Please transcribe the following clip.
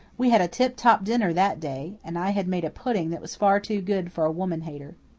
we had a tiptop dinner that day, and i had made a pudding that was far too good for a woman hater.